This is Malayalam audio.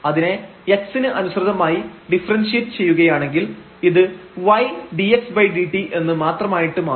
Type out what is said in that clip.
അതിനെ x ന് അനുസൃതമായി ഡിഫറെൻഷിയേറ്റ് ചെയ്യുകയാണെങ്കിൽ ഇത് ydxdt എന്ന് മാത്രമായിട്ട് മാറും